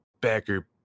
backer